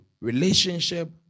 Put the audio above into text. relationship